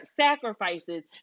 sacrifices